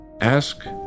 Ask